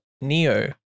Neo